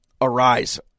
Arise